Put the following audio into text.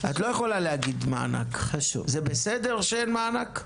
זה בסדר שאין מענק?